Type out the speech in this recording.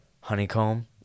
Honeycomb